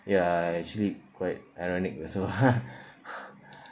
ya actually quite ironic also